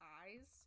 eyes